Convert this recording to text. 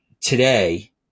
today